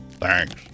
Thanks